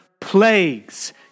plagues